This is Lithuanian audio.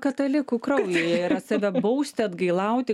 katalikų kraujyje yra save bausti atgailauti